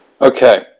Okay